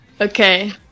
Okay